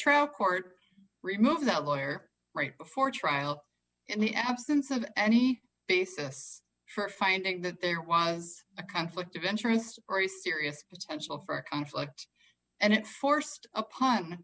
trial court remove that lawyer right before trial in the absence of any basis for finding that there was a conflict of interest or a serious potential for conflict and it forced upon